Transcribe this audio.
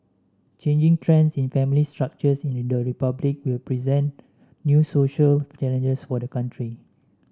changing trends in family structures in the Republic will present new social challenges for the country